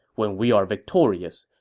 when we are victorious,